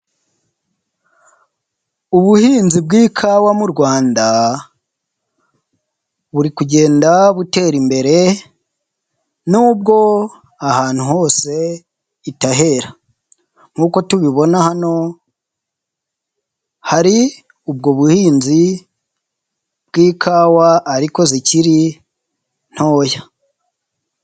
Ubuhinzi bw'ikawa mu Rwanda buri kugenda butera imbere n'ubwo ahantu hose itahera, nk'uko tubibona hano hari ubwo buhinzi bw'ikawa ariko zikiri ntoya.